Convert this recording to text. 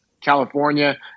California